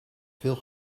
veel